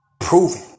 Proven